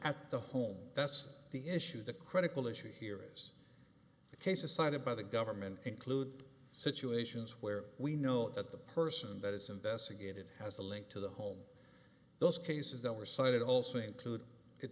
at the home that's the issue the critical issue here is the cases cited by the government include situations where we know that the person that is investigated has a link to the home those cases that were cited also include it